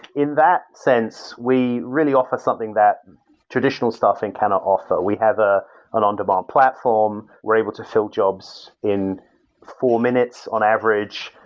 in that sense, we really offer something that traditional staffing cannot offer. we have ah an on demand platform. we're able to fill jobs in four minutes on average.